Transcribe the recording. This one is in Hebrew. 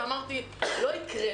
אמרתי: לא יקרה,